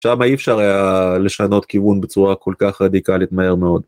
שם אי אפשר היה לשנות כיוון, בצורה כל כך רדיקלית מהר מאוד.